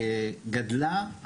גדלה,